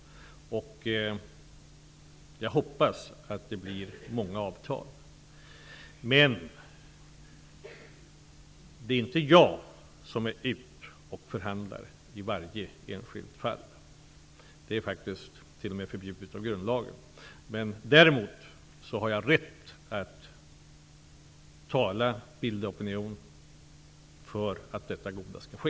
Jag hoppas att det blir många avtal. Men det är inte jag som är ute och förhandlar i varje enskilt fall. Det är faktiskt t.o.m. förbjudet av grundlagen. Däremot har jag rätt att tala och bilda opinion för att detta goda skall ske.